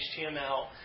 HTML